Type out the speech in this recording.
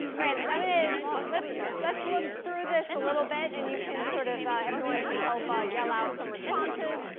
and i mean ah let's let's look through this a little bit. and you can sort of everyone can help. ah yell out some responses.